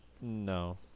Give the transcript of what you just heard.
No